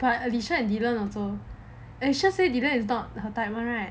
but alysha and dylan also alysha say dylan is not her type [one] right